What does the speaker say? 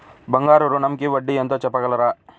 బంగారు ఋణంకి వడ్డీ ఎంతో చెప్పగలరా?